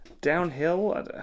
Downhill